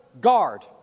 guard